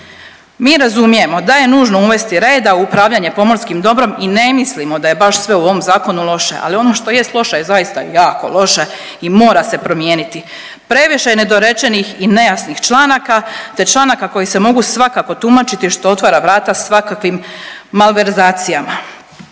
Mi razumijemo da je nužno uvesti reda u upravljanje pomorskim dobrom i ne mislimo da je baš sve u ovom zakonu loše, ali ono što jest loše je zaista jako loše i mora se promijeniti. Previše je nedorečenih i nejasnih članaka te članaka koji se mogu svakako tumačiti što otvara vrata svakakvim malverzacijama.